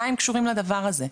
מה הם קשורים לדבר הזה?